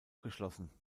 geschlossen